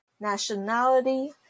nationality